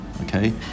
okay